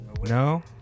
No